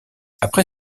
après